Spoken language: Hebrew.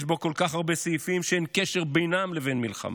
יש בו כל כך הרבה סעיפים שאין קשר בינם לבין מלחמה.